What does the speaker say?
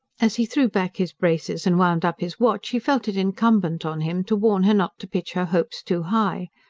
as he threw back his braces and wound up his watch, he felt it incumbent on him to warn her not to pitch her hopes too high.